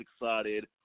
excited